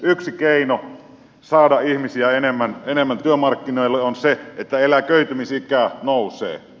yksi keino saada ihmisiä enemmän työmarkkinoille on se että eläköitymisikä nousee